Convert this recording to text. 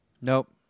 Nope